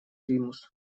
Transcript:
примус